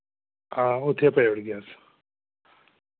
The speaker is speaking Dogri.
हां उत्थै पजाई ओड़गे अस